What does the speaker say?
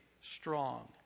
strong